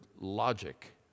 logic